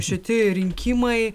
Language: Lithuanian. šiti rinkimai